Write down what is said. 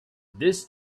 this